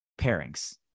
pairings